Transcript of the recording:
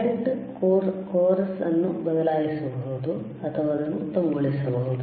current course ಅನ್ನು ಬದಲಾಯಿಸಬಹುದು ಅಥವಾ ಅದನ್ನು ಉತ್ತಮಗೊಳಿಸಬಹುದು